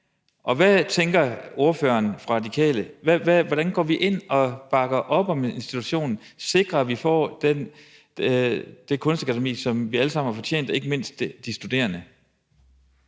Hvad tænker ordføreren fra Radikale? Hvordan går vi ind og bakker op om institutionen, sikrer, at vi får det Kunstakademi, som vi alle sammen har fortjent og ikke mindst de studerende?